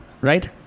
right